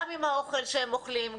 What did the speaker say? גם עם האוכל שהם אוכלים,